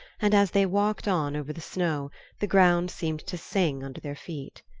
and as they walked on over the snow the ground seemed to sing under their feet.